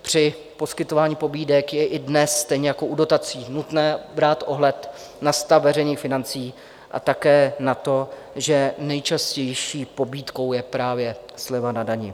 Při poskytování pobídek je i dnes stejně jako u dotací nutné brát ohled na stav veřejných financí a také na to, že nejčastější pobídkou je právě sleva na dani.